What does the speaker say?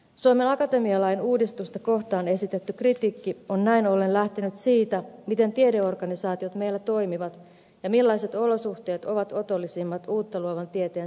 suomen akatemia lain uudistusta kohtaan esitetty kritiikki on näin ollen lähtenyt siitä miten tiedeorganisaatiot meillä toimivat ja millaiset olosuhteet ovat otollisimmat uutta luovan tieteen syntymiselle